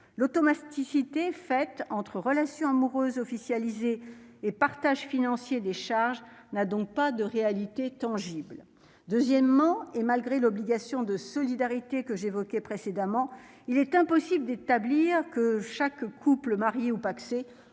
l'automaticité fait entre relations amoureuses officialisé et partage financier des charges n'a donc pas de réalités tangibles, deuxièmement, et malgré l'obligation de solidarité que j'évoquais précédemment, il est impossible d'établir que chaque couple marié ou pacsé